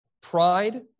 pride